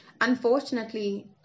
unfortunately